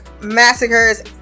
massacres